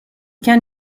can